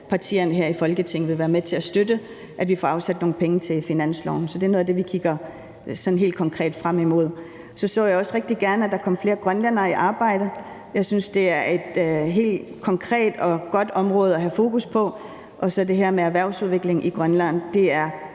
partierne her i Folketinget vil være med til at støtte, at vi får afsat nogle penge til det på finansloven. Så det er noget af det, vi kigger frem imod sådan helt konkret. Så så jeg også rigtig gerne, at der kom flere grønlændere i arbejde. Jeg synes, det er et helt konkret og godt område at have fokus på. Og så er der det her med erhvervsudvikling i Grønland. Det er